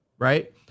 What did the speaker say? Right